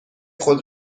خود